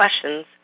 questions